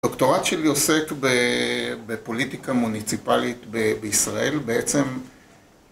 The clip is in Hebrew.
דוקטורט שלי עוסק בפוליטיקה מוניציפלית בישראל בעצם